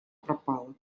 пропала